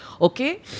Okay